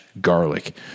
garlic